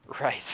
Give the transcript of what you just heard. Right